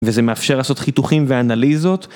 וזה מאפשר לעשות חיתוכים ואנליזות.